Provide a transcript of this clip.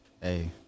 Hey